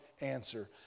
answer